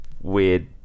weird